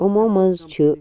یِمو منٛز چھِ